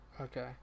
okay